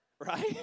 Right